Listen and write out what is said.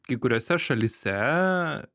kai kuriose šalyse